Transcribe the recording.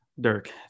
Dirk